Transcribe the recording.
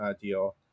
deal